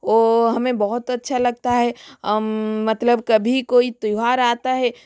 वह हमें बहुत अच्छा लगता है मतलब कभी कोई त्योहार आता है